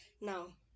Now